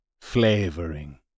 flavoring